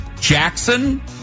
Jackson